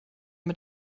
mit